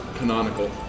canonical